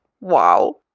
wow